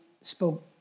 spoke